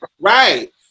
right